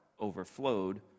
overflowed